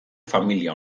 familia